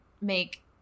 make